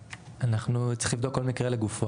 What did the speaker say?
אנחנו צריכים לבדוק כל מקרה לגופו.